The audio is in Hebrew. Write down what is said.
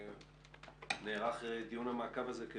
ולכן נערך דיון המעקב הזה.